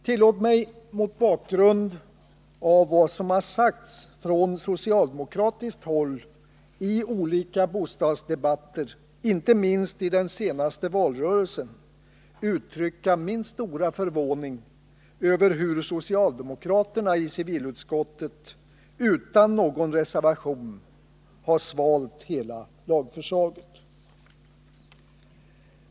Tillåt mig, mot bakgrund av vad som sagts från socialdemokratiskt håll i olika bostadsdebatter, inte minst i den senaste valrörelsen, uttrycka min stora förvåning över att socialdemokraterna i civilutskottet utan någon reservation har svalt hela lagförslaget.